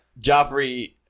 Joffrey